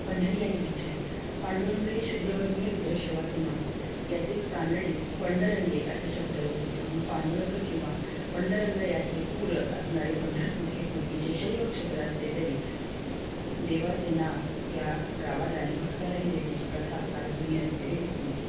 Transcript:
पंढरी आणि विठ्ठल पांडुरंग हे शुभ्रवर्णीय रुद्रशिवाचं नाव याचेच कानडीत पंडरंगे असे शब्दरूप होते म्हणून पांडुरंग किंवा पंडरंग याचे पूर असणारे पंढरपूर हे पूर्वीचे शैव क्षेत्र असले तरी देवाचे नाव या गावाला आणि भक्तालाही देण्याची प्रथा फार जुनी असलेली दिसून येते